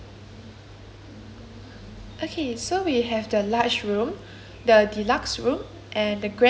okay so we have the large room the deluxe room and the grand deluxe room